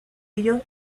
ello